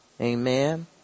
Amen